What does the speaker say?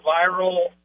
viral